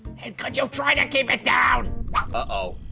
and could you try to keep it down? ah oh,